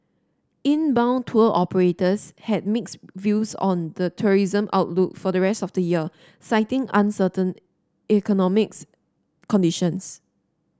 inbound tour operators had mixed views on the tourism outlook for the rest of the year citing uncertain economics conditions